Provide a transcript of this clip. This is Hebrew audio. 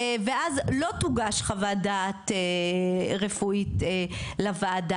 ואז לא תוגש חוות דעת רפואית לוועדה,